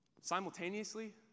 Simultaneously